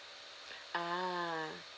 ah